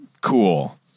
cool